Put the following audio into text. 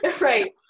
right